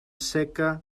seca